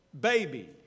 baby